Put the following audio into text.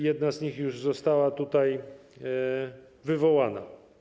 Jedna z nich już została tutaj wywołana.